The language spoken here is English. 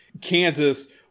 Kansas